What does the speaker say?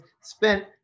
spent